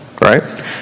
Right